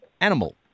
animal